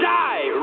die